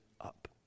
up